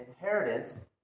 inheritance